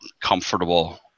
comfortable